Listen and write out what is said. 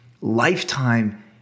lifetime